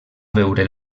veure